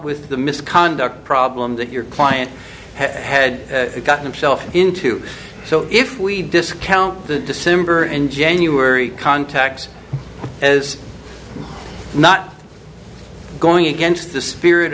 with the misconduct problem that your client had gotten himself into so if we discount the december in january contacts as not going against the spirit